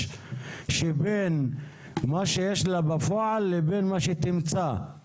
שבין מה שיש בפועל לבין מה שהיא תמצא.